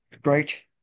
Great